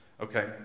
Okay